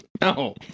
No